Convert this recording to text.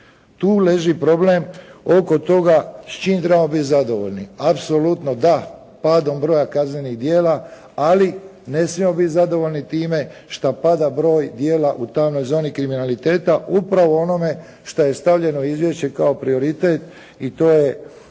Tu leži problem oko toga s čime trebamo biti zadovoljni, apsolutno da, padom broja kaznenih djela, ali ne smijemo biti zadovoljni time šta pada broj djela u tamnoj zoni kriminaliteta upravo u onome šta je stavljeno u izvješće kao prioritet i to je